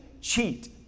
cheat